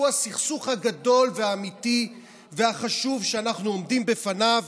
שהוא הסכסוך הגדול והאמיתי והחשוב שאנחנו עומדים בפניו,